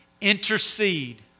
Intercede